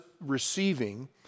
receiving